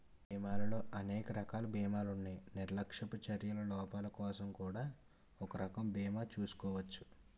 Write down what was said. బీమాలో అనేక రకాల బీమాలున్నాయి నిర్లక్ష్యపు చర్యల లోపాలకోసం కూడా ఒక రకం బీమా చేసుకోచ్చు